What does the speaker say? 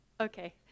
Okay